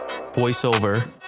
voiceover